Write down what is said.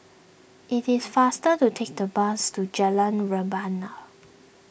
it is faster to take the bus to Jalan Rebana